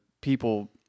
people